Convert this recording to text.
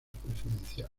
presidencial